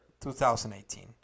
2018